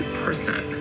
person